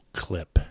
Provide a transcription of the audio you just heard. clip